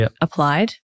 applied